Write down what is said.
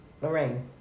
Lorraine